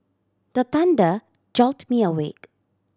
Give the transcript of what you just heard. the thunder jolt me awake